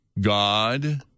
God